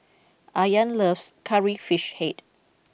Ayaan loves Curry Fish Head